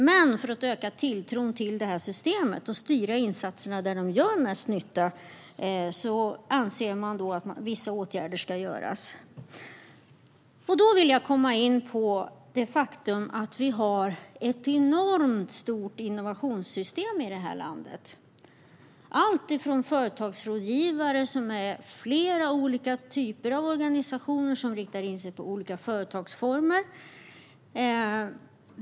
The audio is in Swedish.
Men för att öka tilltron till systemet och styra insatserna dit där de gör mest nytta anser man att vissa åtgärder ska vidtas. Då vill jag komma in på det faktum att vi har ett enormt stort innovationssystem i detta land. Det är företagsrådgivare. Det är flera olika typer av organisationer som riktar in sig på olika företagsformer.